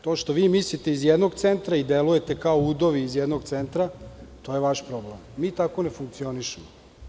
To što vi mislite iz jednog centra, i delujete kao udovi iz jednog centra, to je vaš problem, mi tako ne funkcionišemo.